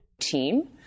Team